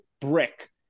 brick